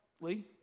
Lee